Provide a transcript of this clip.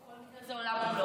כל מקרה זה עולם ומלואו,